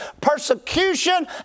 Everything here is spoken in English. persecution